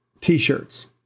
T-shirts